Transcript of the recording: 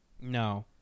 No